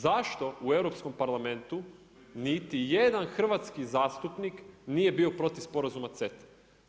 Zašto u Europskom parlamentu, niti jedan hrvatski zastupnik nije bio protiv sporazuma CETA-e.